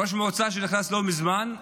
ראש מועצה שנכנס לא מזמן,